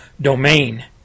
domain